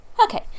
Okay